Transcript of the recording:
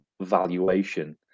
valuation